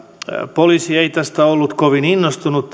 poliisi ei tästä muutoksesta ollut kovin innostunut